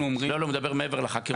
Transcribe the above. לא, הוא מדבר מעבר לחקירות.